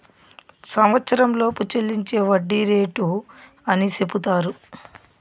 సంవచ్చరంలోపు చెల్లించే వడ్డీ రేటు అని సెపుతారు